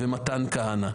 ומתן כהנא.